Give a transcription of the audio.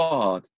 God